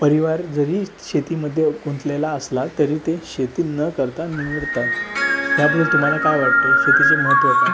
परिवार जरी शेतीमध्ये गुंतलेला असला तरी ते शेती न करता त्याबद्दल तुम्हाला काय वाटतं शेतीचे महत्व काय